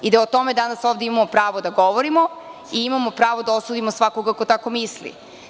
O tome danas ovde imamo pravo da govorimo i imamo pravo da osudimo svakoga ko tako misli.